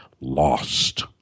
lost